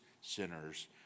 sinners